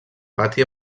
pati